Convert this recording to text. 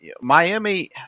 Miami